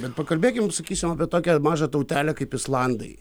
bet pakalbėkim sakysim tokią mažą tautelę kaip islandai